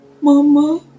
Mama